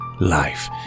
Life